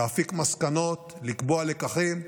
להפיק מסקנות ולקחים.